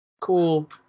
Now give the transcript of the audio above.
cool